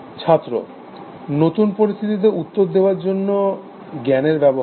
ছাত্র নতুন পরিস্থিতিতে উত্তর দেওয়ার জন্য জ্ঞাণের ব্যবহার